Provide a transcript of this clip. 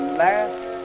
last